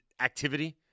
activity